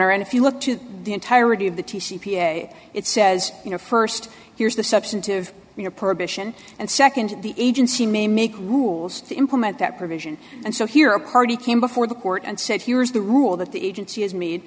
honor and if you look to the entirety of the two c p a it says you know first here's the substantive we're prohibition and second the agency may make rules to implement that provision and so here a party came before the court and said here is the rule that the agency has made